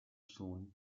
shown